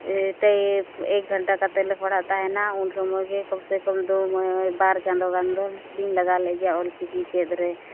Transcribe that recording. ᱛᱟᱭ ᱮᱠ ᱜᱷᱚᱱᱴᱟ ᱠᱟᱛᱮᱫ ᱞᱮ ᱯᱟᱲᱦᱟᱜ ᱠᱟᱱ ᱛᱟᱦᱮᱱᱟ ᱩᱱ ᱥᱚᱢᱚᱭ ᱜᱮ ᱠᱚᱢ ᱥᱮ ᱠᱚᱢ ᱫᱩ ᱵᱟᱨ ᱪᱟᱸᱫᱳ ᱜᱟᱱ ᱫᱚᱞᱤᱧ ᱞᱟᱜᱟᱣ ᱞᱮᱫ ᱜᱮᱭᱟ ᱚᱞ ᱪᱤᱠᱤ ᱪᱮᱫ ᱨᱮ